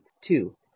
Two